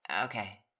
okay